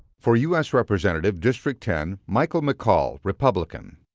for u s. representative, district ten, michael mccaul, republican.